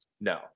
No